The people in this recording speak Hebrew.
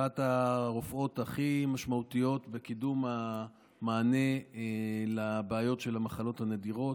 והיא אחת הרופאות הכי משמעותיות בקידום המענה לבעיות של המחלות הנדירות,